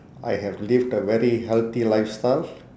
I have lived a very healthy lifestyle